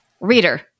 Reader